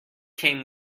came